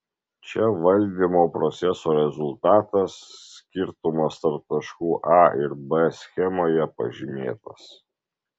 čia valdymo proceso rezultatas skirtumas tarp taškų a ir b schemoje pažymėtas